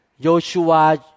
Joshua